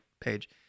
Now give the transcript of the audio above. page